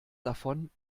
davon